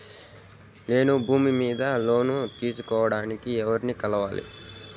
నేను భూమి మీద లోను తీసుకోడానికి ఎవర్ని కలవాలి?